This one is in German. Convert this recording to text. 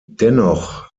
dennoch